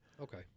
Okay